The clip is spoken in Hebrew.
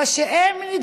אבל כשהם נדרשים,